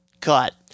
Cut